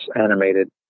animated